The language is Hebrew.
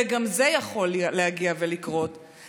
וגם זה יכול להגיע ולקרות,